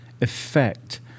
effect